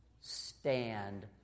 Stand